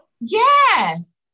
Yes